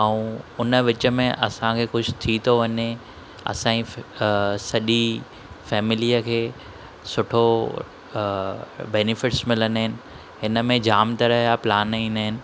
ऐं हुन विच मे असांखे कुझु थी थो वञे असाइं सॼी फ़ैमिलीअ खें सुठो बेनिफिट्स मिलंदा आहिनि हिन में जामु तरह जा प्लान ईंदा आहिनि